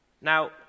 Now